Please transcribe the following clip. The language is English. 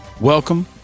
Welcome